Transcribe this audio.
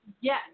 yes